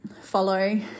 follow